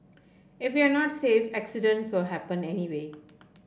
if you're not safe accidents will happen anyway